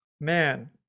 man